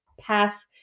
path